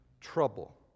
trouble